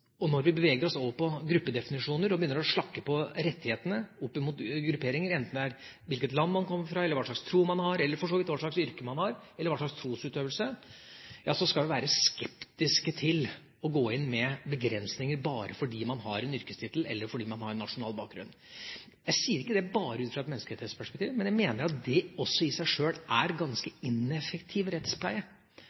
vurderes. Når vi beveger oss over på gruppedefinisjoner og begynner å slakke på rettighetene opp mot grupperinger, enten det er hvilket land man kommer fra, eller hva slags tro man har, eller for så vidt hva slags yrke man har, skal vi være skeptiske til å gå inn med begrensninger – bare fordi man har en yrkestittel eller fordi man har en nasjonal bakgrunn. Jeg sier ikke det bare ut fra et menneskerettighetsperspektiv, men jeg mener at det også i seg sjøl er ganske ineffektiv rettspleie,